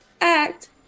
act